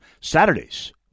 Saturdays